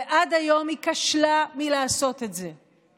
ועד היום היא כשלה בלעשות את זה.